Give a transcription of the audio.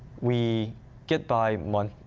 we get by monthly.